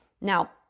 Now